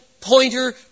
pointer